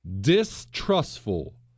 distrustful